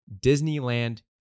Disneyland